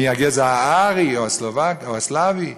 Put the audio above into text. מהגזע הארי או הסלאבי?